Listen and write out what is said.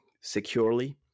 securely